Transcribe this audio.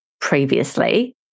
previously